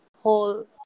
whole